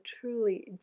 truly